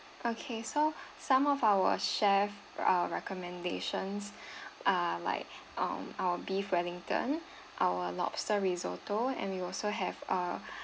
okay so some of our chef uh our recommendations are like um our beef wellington our lobster risotto and we also have a